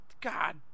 God